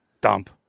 dump